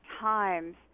times